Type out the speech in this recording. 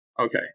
Okay